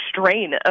strain